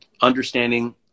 understanding